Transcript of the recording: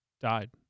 died